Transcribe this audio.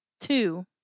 Two